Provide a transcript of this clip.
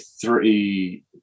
three